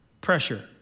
Pressure